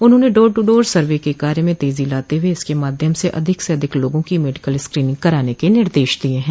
उन्होंने door to door survey के कार्य में तेजी लाते हुए इसके माध्यम से अधिक से अधिक लोगों की मेडिकल स्क्रोनिंग कराने के निर्देश दिये है